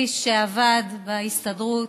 איש שעבד בהסתדרות,